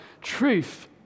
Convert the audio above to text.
truth